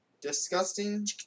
Disgusting